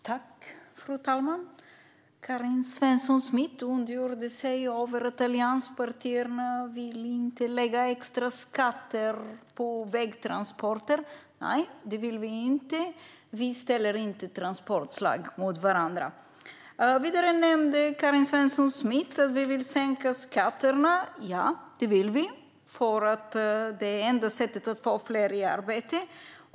Fru talman! Karin Svensson Smith ondgjorde sig över att allianspartierna inte vill lägga extra skatter på vägtransporter. Nej, det vill vi inte. Vi ställer inte transportslag mot varandra. Vidare nämnde Karin Svensson Smith att vi vill sänka skatterna. Ja, det vill vi, för det är det enda sättet att få fler i arbete.